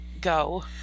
go